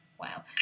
Wow